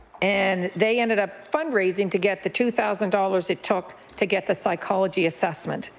and they ended up fundraising to get the two thousand dollars it took to get the psychology assessment.